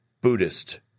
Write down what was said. Buddhist